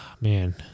man